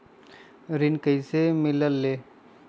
ऋण कईसे मिलल ले?